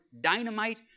dynamite